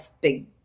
big